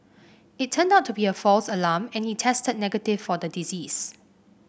it turned out to be a false alarm and he tested negative for the disease